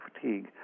fatigue